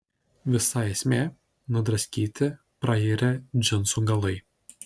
visa esmė nudraskyti prairę džinsų galai